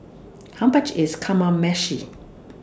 How much IS Kamameshi